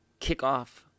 kickoff